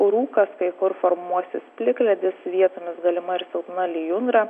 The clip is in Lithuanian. rūkas kai kur formuosis plikledis vietomis galima ir silpna lijundra